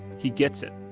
he gets it.